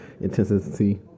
intensity